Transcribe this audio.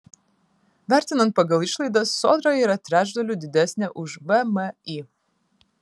vertinant pagal išlaidas sodra yra trečdaliu didesnė už vmi